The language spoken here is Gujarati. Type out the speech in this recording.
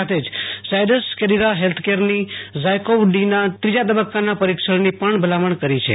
સાથે જ ઝાયડસ કેડિલા હેલ્થકેરની ઝાયકોવ ડીના ત્રીજા તબક્કાના પરિક્ષણની પણ ભલામણ કરી છે